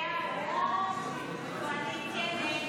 הסתייגות 85 לחלופין ב לא נתקבלה.